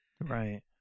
Right